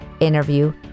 interview